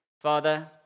Father